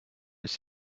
ist